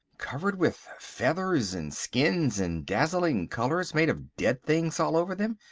covered with feathers and skins and dazzling colours made of dead things all over them?